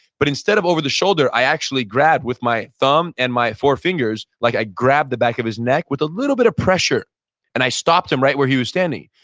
but instead of over the shoulder, i actually grabbed with my thumb and my forefingers, like i grabbed the back of his neck with a little bit of pressure and i stopped him right where he was standing.